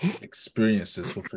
experiences